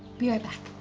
be right back.